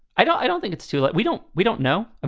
i don't i don't think it's too late. we don't we don't know. ah